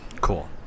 Cool